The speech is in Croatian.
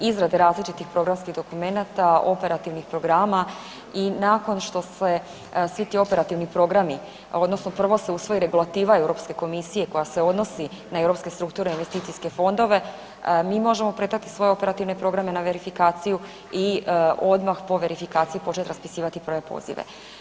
Izrada različitih programskih dokumenata, operativnih programa, i nakon što se svi ti operativni programi odnosno prvo se usvoji regulativa EU komisije koja se odnosi na europske strukturne i investicijske fondove, mi možemo predati svoje operativne programe na verifikaciju i odmah po verifikaciji početi raspisivati prve pozive.